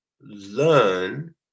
learn